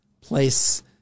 place